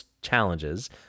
challenges